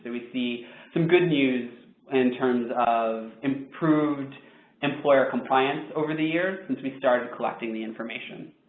we see some good news in terms of improved employer compliance over the years, since we started collecting the information.